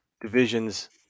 divisions